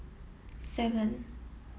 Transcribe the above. seven